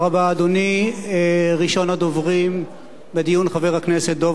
ראשון הדוברים בדיון, חבר הכנסת דב חנין, בבקשה.